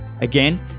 Again